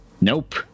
nope